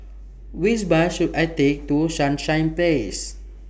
Which Bus should I Take to Sunshine Place